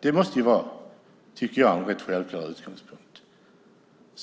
Det tycker jag måste vara en rätt självklar utgångspunkt.